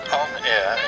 on-air